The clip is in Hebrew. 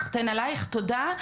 סחטין עלייך תודה.